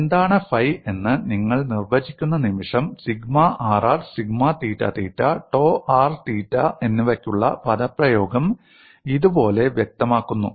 എന്താണ് ഫൈ എന്ന് നിങ്ങൾ നിർവചിക്കുന്ന നിമിഷം sigma rr sigma theta theta tau r theta എന്നിവയ്ക്കുള്ള പദപ്രയോഗം ഇതുപോലെ വ്യക്തമാക്കുന്നു